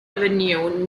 avenue